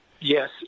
Yes